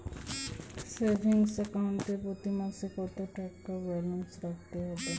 Savings account এ প্রতি মাসে কতো টাকা ব্যালান্স রাখতে হবে?